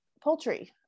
poultry